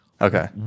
Okay